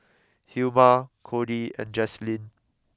Hilma Kody and Jazlynn